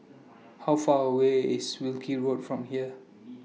How Far away IS Wilkie Road from here